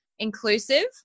inclusive